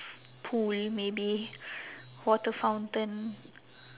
pool maybe water fountain